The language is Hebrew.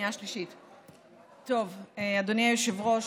אדוני היושב-ראש,